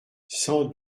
cent